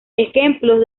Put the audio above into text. ejemplos